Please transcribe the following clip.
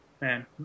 Man